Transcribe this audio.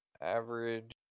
Average